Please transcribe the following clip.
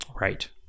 right